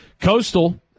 Coastal